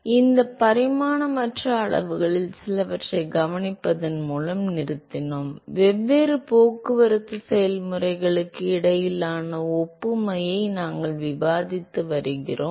எனவே இந்த பரிமாணமற்ற அளவுகளில் சிலவற்றைக் கவனிப்பதன் மூலம் நிறுத்தினோம் வெவ்வேறு போக்குவரத்து செயல்முறைகளுக்கு இடையிலான ஒப்புமையை நாங்கள் விவாதித்து வருகிறோம்